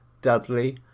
Dudley